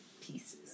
pieces